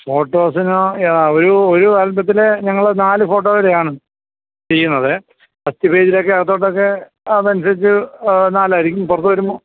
ഫോട്ടോസിന് ഒരൂ ഒരൂ ആൽബത്തിന് ഞങ്ങൾക്ക് നാല് ഫോട്ടോ വരെയാണ് ചെയ്യുന്നത് ഫസ്റ്റ് പേജിലൊക്കെ അകത്തോട്ടോക്കെ അതനുസരിച്ച് നാലായിരിക്കും പുറത്ത് വരുമ്പം